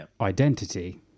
identity